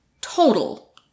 total